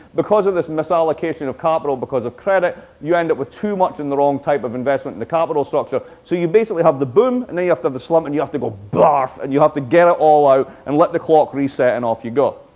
because of this misallocation of capital because of credit, you end up with too much in the wrong type of investment in the capital structure. so you basically have the boom, and then you have to have the slump, and you have to go barf and you have to get it all out and let the clock reset, and off you go.